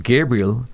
Gabriel